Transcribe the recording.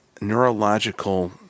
neurological